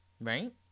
Right